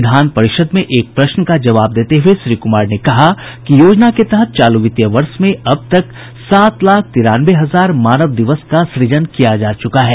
विधान परिषद में एक प्रश्न का जवाब देते हुए श्री कुमार ने कहा कि योजना के तहत चालू वित्तीय वर्ष में अब तक सात लाख तिरानवे हजार मानव दिवस का सृजन किया जा चुका है